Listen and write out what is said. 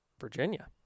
Virginia